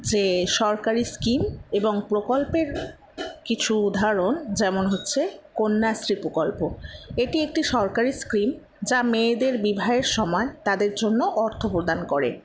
যে সরকারি স্কিম এবং প্রকল্পের কিছু উদাহরণ যেমন হচ্ছে কন্যাশ্রী প্রকল্প এটি একটি সরকারি স্কিম যা মেয়েদের বিবাহের সময় তাদের জন্য অর্থপ্রদান করে